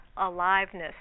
aliveness